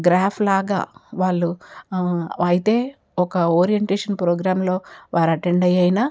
graph లాగా వాళ్ళు అయితే ఒక ఓరియంటేషన్ ప్రోగ్రాంలో వారు అటెండ్ అయి అయినా